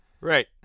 Right